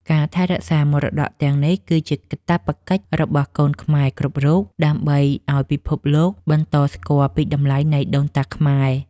ការថែរក្សាមរតកទាំងនេះគឺជាកាតព្វកិច្ចរបស់កូនខ្មែរគ្រប់រូបដើម្បីឱ្យពិភពលោកបន្តស្គាល់ពីតម្លៃនៃដូនតាខ្មែរ។